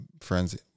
friends